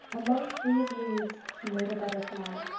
amongst these leaves she made a butterfly,